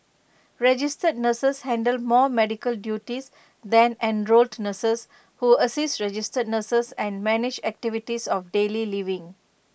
registered nurses handle more medical duties than enrolled nurses who assist registered nurses and manage activities of daily living